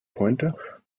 pointer